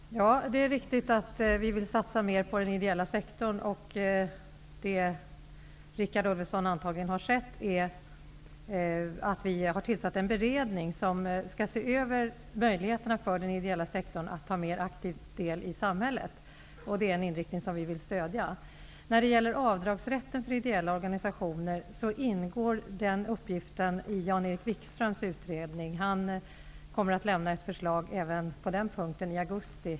Herr talman! Det är riktigt att vi vill satsa mer på den ideella sektorn. Det som Richard Ulfvengren antagligen har läst är att vi har tillsatt en beredning som skall se över möjligheterna för den ideella sektorn att mer aktivt ta del i samhället. Detta är en inriktning som vi vill stödja. När det gäller avdragsrätten för ideella organisationer ingår den uppgiften i Jan-Erik Wikströms utredning. Han kommer i början av augusti i år att lämna ett förslag även på den punkten.